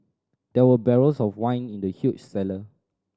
there were barrels of wine in the huge cellar